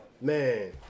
man